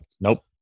Nope